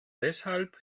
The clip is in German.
deshalb